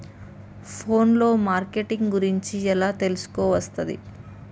Phone లో marketing గురించి ఎలా తెలుసుకోవస్తది?